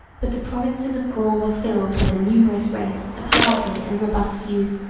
but the provinces of gaul were filled with a numerous race of hardy and robust youth,